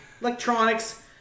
electronics